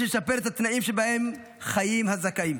יש לשפר את התנאים שבהם חיים הזכאים,